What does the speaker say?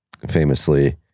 Famously